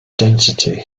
density